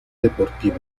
deportivo